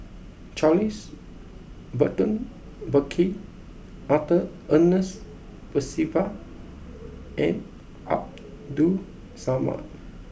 Charles Burton Buckley Arthur Ernest Percival and Abdul Samad